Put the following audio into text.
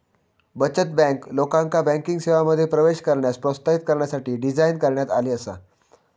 बचत बँक, लोकांका बँकिंग सेवांमध्ये प्रवेश करण्यास प्रोत्साहित करण्यासाठी डिझाइन करण्यात आली आसा